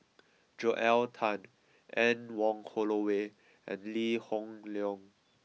Joel Tan Anne Wong Holloway and Lee Hoon Leong